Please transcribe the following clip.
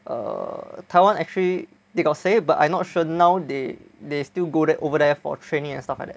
err Taiwan actually they got say but I not sure now they they still go there over there for training and stuff like that